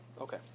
okay